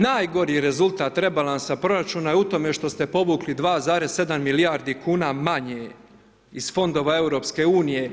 Najgori rezultat rebalansa proračuna je u tome što ste povukli 2,7 milijardi kuna manje iz Fondova EU.